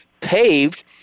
paved